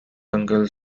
uncle